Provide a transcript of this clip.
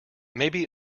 maybe